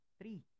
Three